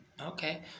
Okay